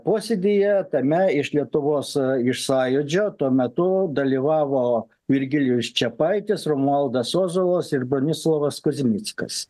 posėdyje tame iš lietuvos iš sąjūdžio tuo metu dalyvavo virgilijus čepaitis romualdas ozolas ir bronislovas kuzmickas